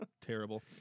terrible